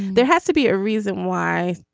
there has to be a reason why.